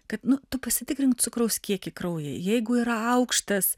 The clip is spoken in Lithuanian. kad nu tu pasitikrink cukraus kiekį kraujyje jeigu yra aukštas